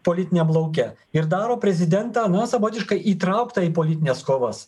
politiniam lauke ir daro prezidentą na savotiškai įtrauktą į politines kovas